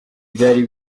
byari